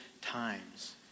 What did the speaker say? times